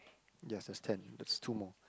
yes a stand that's two more